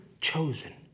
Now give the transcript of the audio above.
chosen